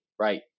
right